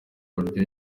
buryo